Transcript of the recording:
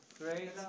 Great